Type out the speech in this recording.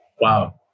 Wow